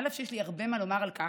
אף שיש לי הרבה מה לומר על כך,